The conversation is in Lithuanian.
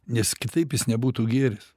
nes kitaip jis nebūtų gėris